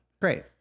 Great